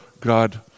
God